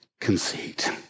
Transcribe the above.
conceit